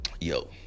Yo